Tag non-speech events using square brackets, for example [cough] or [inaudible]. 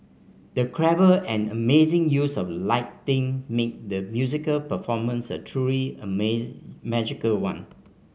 the clever and amazing use of lighting made the musical performance a truly [unintelligible] magical one